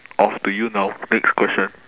off to you now next question